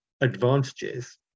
advantages